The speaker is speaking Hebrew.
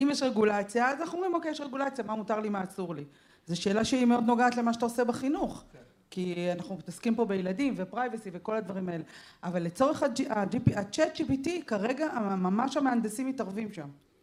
אם יש רגולציה, אז אנחנו אומרים לו, אוקיי, יש רגולציה, מה מותר לי, מה אסור לי. זו שאלה שהיא מאוד נוגעת למה שאתה עושה בחינוך, כי אנחנו עוסקים פה בילדים ו-Privacy וכל הדברים האלה, אבל לצורך ה-GPT Chat, כרגע ממש המהנדסים מתערבים שם.